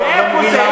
מאיפה זה?